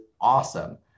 awesome